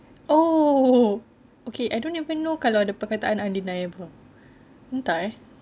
oh okay I don't even know kalau ada perkataan undeniable entah eh